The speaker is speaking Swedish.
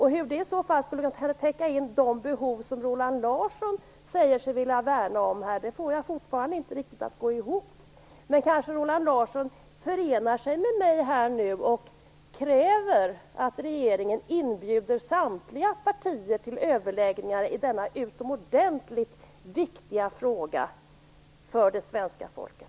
Hur det skulle kunna täcka de behov som Roland Larsson här säger sig vilja värna om förstår jag fortfarande inte riktigt. Men kanske Roland Larsson nu förenar sig med mig och kräver att regeringen inbjuder samtliga partier till överläggningar i denna utomordentligt viktiga fråga för det svenska folket.